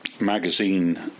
magazine